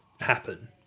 happen